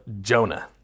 jonah